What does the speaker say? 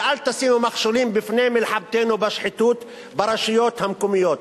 ואל תשימו מכשולים בפני מלחמתנו בשחיתות ברשויות המקומיות.